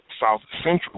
south-central